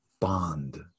bond